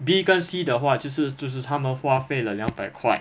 D 跟 C 的话就是就是他们花费了两百块